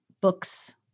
books